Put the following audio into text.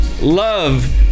love